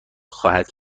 خواهد